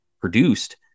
produced